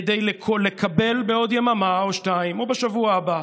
כדי לקבל בעוד יממה או שתיים, או בשבוע הבא,